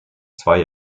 zwei